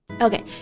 Okay